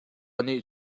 nih